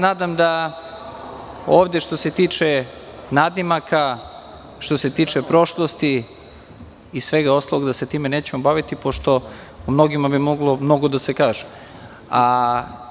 Nadam se da ovde, što se tiče nadimaka, što se tiče prošlosti i svega ostalog, da se time nećemo baviti, pošto o mnogima bi moglo mnogo da se kaže.